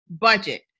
budget